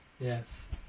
Yes